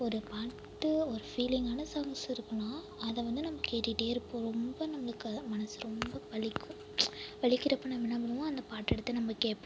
ஒரு பாட்டு ஒரு ஃபீலிங்கான சாங்ஸ் இருக்குனா அதை வந்து நம்ம கேட்டுகிட்டேருப்போம் ரொம்ப நம்மளுக்கும் மனது ரொம்ப வலிக்கும் வலிக்கிறப்ப நம்ம என்ன பண்ணுவோம் அந்த பாட்டெடுத்து நம்ம கேட்போம்